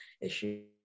issue